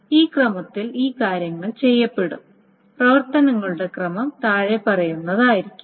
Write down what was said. ഈ ക്രമത്തിൽ ഈ കാര്യങ്ങൾ ചെയ്യപ്പെടും പ്രവർത്തനങ്ങളുടെ ക്രമം താഴെ പറയുന്നതായിരിക്കും